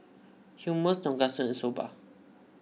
Hummus Tonkatsu and Soba